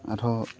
ᱟᱨᱦᱚᱸ